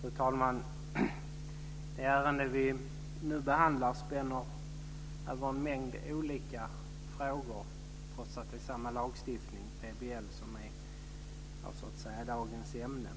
Fru talman! Det ärende vi nu behandlar spänner över en mängd olika frågor, trots att det är samma lagstiftning, PBL, som är dagens ämne.